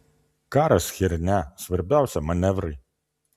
karas chiernia svarbiausia manevrai